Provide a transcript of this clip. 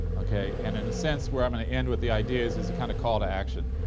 okay? and in a sense where i'm gonna end with the ideas is a kind of call to action.